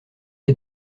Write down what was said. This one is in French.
est